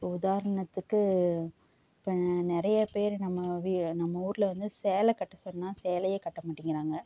இப்போ உதாரணத்துக்கு இப்போ நிறைய பேர் நம்ம வி நம்ம ஊரில் வந்து சேலை கட்ட சொன்னா சேலையே கட்ட மாட்டிங்குறாங்க